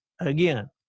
again